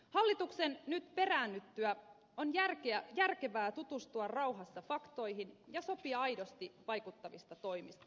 hallituksen nyt peräännyttyä on järkevää tutustua rauhassa faktoihin ja sopia aidosti vaikuttavista toimista